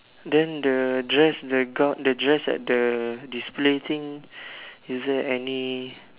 then the dress the gown the dress at the display thing is there any